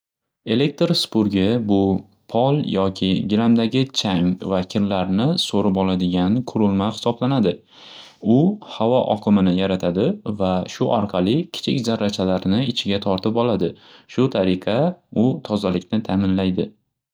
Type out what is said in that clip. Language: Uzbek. Elektr supurgi bu pol yoki gilamdagi chang va kirlarni so'rib oladigan qurilma xisoblanadi. U havo oqimini yaratadi va shu orqali kichik zarrachalarni ichiga tortib oladi, shu tariqa u tozalikni ta'minlaydi.